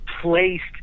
placed